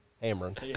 hammering